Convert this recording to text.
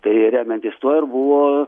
tai remiantis tuo ir buvo